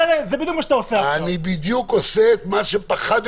אבל אני שומעת אזהרות שהמצב רק ילך ויחמיר.